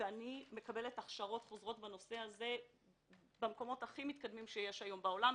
אני מקבלת הכשרות חוזרות בנושא הזה במקומות הכי מתקדמים שיש היום בעולם,